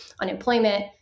unemployment